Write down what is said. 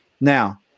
Now